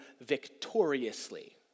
victoriously